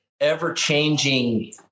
ever-changing